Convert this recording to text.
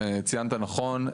ציינת נכון,